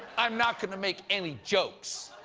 i'm not going to make any jokes,